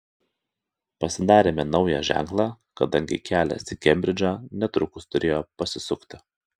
pasidarėme naują ženklą kadangi kelias į kembridžą netrukus turėjo pasisukti